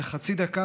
זה חצי דקה,